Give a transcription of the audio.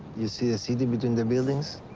you see a city between the buildings.